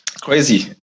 Crazy